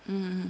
mm